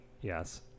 yes